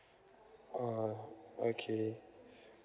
oh okay